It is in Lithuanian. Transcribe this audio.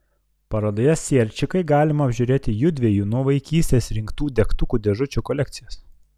parodoje sierčikai galima apžiūrėti judviejų nuo vaikystės rinktų degtukų dėžučių kolekcijas